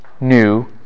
new